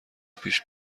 پیش